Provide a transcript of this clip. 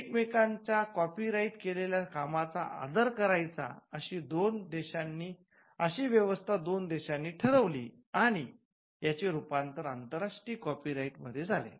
एकमेकांच्या copyright केलेल्या कामाचा आदर करायचा अशी व्यवस्था दोन देशांनी ठरवली आणि याचे रूपांतरण आंतरराष्ट्रीय कॉपी राईट मध्ये झाले